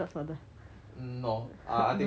mm no ah I think we just gonna stop there